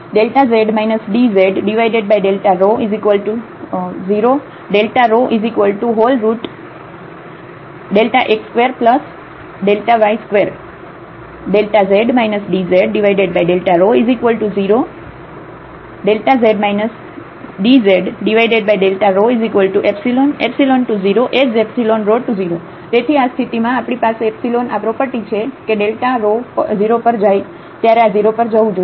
z dz 0ρx2y2 z dz0⟹ Δz dzΔρϵ ϵ→0asΔρ→0 તેથી આ સ્થિતિમાં આપણી પાસે એપ્સીલોન આ પ્રોપર્ટી છે કે ડેલ્ટા ર્હો 0 પર જાય ત્યારે આ 0 પર જવું જોઈએ